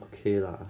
okay lah